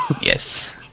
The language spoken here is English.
Yes